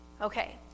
Okay